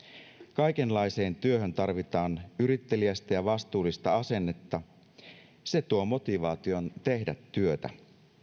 kaikenlaiseen työhön tarvitaan yritteliästä ja vastuullista asennetta se tuo motivaation tehdä työtä